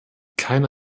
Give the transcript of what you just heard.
keine